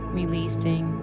releasing